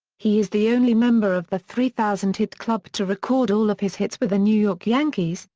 he is the only member of the three thousand hit club to record all of his hits with the new york yankees,